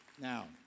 Now